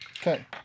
Okay